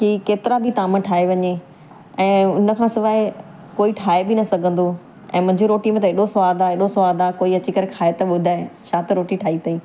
कि केतिरा बि ताम ठाए वञे ऐं उनखां सवाइ कोई ठाहे बि न सघंदो ऐं मुंहिंजी रोटी में त एॾो सवादु आहे एॾो सवादु आहे कोई अची करे खाए त ॿुधाए छा त रोटी ठाही अथई